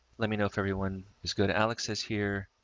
let me know if everyone is good. alex says here,